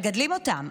מגדלים אותם.